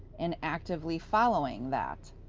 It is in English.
and actively following that.